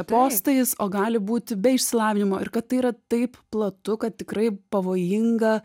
postais o gali būt be išsilavinimo ir kad tai yra taip platu kad tikrai pavojinga